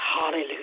Hallelujah